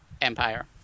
Empire